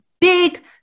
big